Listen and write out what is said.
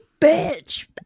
bitch